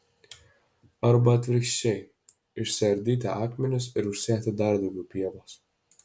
arba atvirkščiai išsiardyti akmenis ir užsėti dar daugiau pievos